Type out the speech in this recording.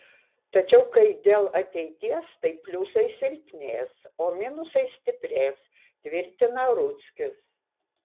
tačiau kai dėl ateities tai pliusai silpnės o minusai stiprės tvirtina rudzkis